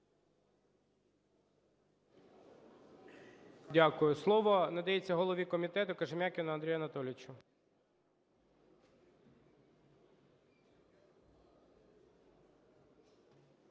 Дякую. Слово надається голові комітету Кожем'якіну Андрію Анатолійовичу.